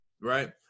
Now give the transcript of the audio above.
right